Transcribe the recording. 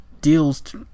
deals